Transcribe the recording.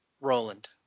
Roland